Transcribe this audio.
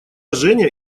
женя